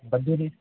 ಬಡ್ಡಿ ರೀ